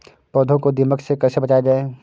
पौधों को दीमक से कैसे बचाया जाय?